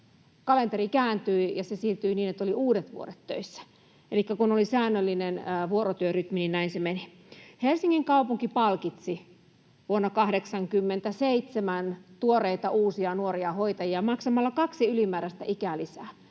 kalenteri kääntyi ja se siirtyi niin, että oli uudetvuodet töissä. Elikkä kun oli säännöllinen vuorotyörytmi, niin näin se meni. Helsingin kaupunki palkitsi vuonna 87 tuoreita, uusia, nuoria hoitajia maksamalla kaksi ylimääräistä ikälisää,